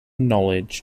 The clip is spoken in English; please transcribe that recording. knowledge